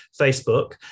Facebook